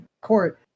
court